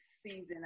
season